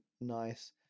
nice